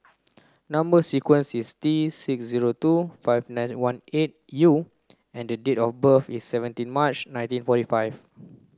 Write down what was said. number sequence is T six zero two five nine one eight U and date of birth is seventeen March nineteen forty five